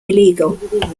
illegal